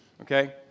Okay